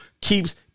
keeps